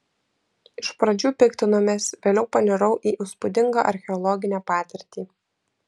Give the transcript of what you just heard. iš pradžių piktinomės vėliau panirau į įspūdingą archeologinę patirtį